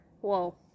Whoa